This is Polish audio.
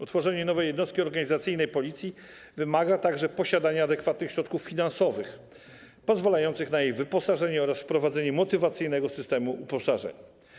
Utworzenie nowej jednostki organizacyjnej Policji wymaga także posiadania adekwatnych środków finansowych pozwalających na jej wyposażenie oraz wprowadzenie motywacyjnego systemu uposażeń.